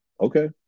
okay